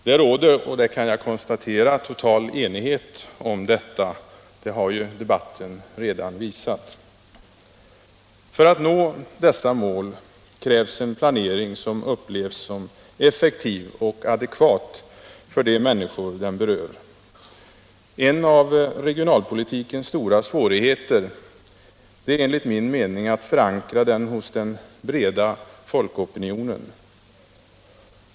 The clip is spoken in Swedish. Jag kan konstatera att det råder total enighet om detta. Det har ju debatten redan visat. För att nå dessa mål krävs en planering som upplevs som effektiv och adekvat av de människor den berör. En av regionalpolitikens stora svå 105 righeter är enligt min mening att förankra den hos den breda folkopinionen.